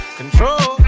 control